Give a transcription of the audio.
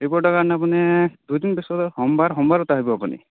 ৰিপৰ্টৰ কাৰণে আপুনি দুদিন পিছত সোমবাৰ সোমবাৰত আহিব আপুনি